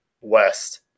west